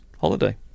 holiday